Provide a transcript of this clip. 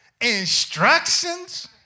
instructions